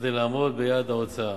כדי לעמוד ביעד ההוצאה.